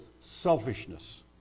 selfishness